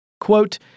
Quote